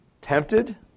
tempted